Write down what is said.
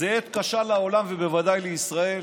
זו עת קשה לעולם ובוודאי לישראל.